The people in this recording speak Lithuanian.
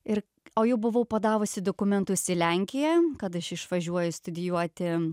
ir o jau buvau padavusi dokumentus į lenkiją kad aš išvažiuoju studijuoti